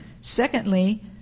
Secondly